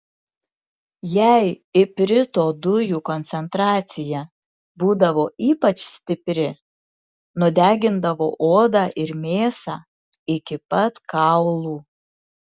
jei iprito dujų koncentracija būdavo ypač stipri nudegindavo odą ir mėsą iki pat kaulų